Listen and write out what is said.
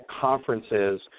conferences